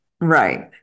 right